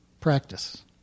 practice